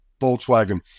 Volkswagen